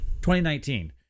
2019